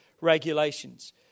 regulations